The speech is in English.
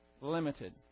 limited